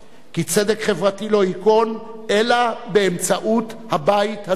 כי צדק חברתי לא ייכון אלא באמצעות הבית הזה.